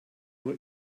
nur